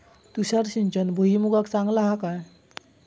तुषार सिंचन भुईमुगाक चांगला हा काय?